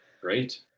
Great